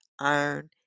iron